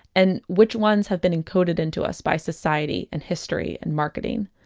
and which ones have been encoded into us by society and history and marketing?